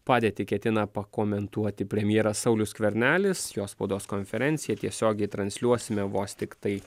padėtį ketina pakomentuoti premjeras saulius skvernelis jo spaudos konferenciją tiesiogiai transliuosime vos tiktai